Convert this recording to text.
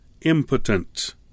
Impotent